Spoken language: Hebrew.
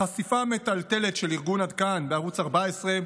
החשיפה המטלטלת של ארגון עד כאן, בערוץ 14,